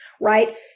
right